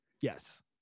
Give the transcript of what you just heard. Yes